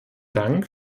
dank